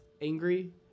angry